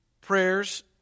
prayers